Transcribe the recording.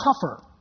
tougher